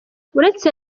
uretse